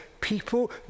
people